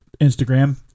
Instagram